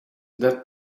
that